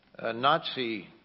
Nazi